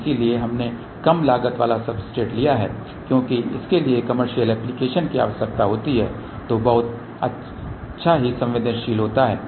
इसलिए हमने कम लागत वाला सब्सट्रेट लिया है क्योंकि इसके लिए कमर्शियल एप्लिकेशन की आवश्यकता होती है जो बहुत ही संवेदनशील होता है